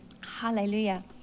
Hallelujah